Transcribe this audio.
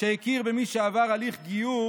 שהכיר במי שעבר הליך גיור